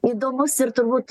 įdomus ir turbūt